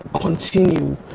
continue